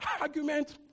Argument